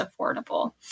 affordable